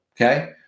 Okay